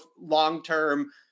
long-term